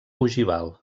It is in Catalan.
ogival